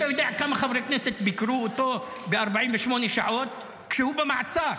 אתה יודע כמה חברי כנסת ביקרו אותו ב-48 שעות כשהוא במעצר?